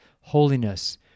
holiness